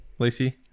Lacey